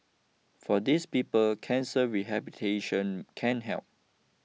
for these people cancer rehabilitation can help